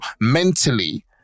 mentally